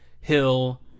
Hill